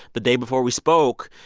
the day before we spoke,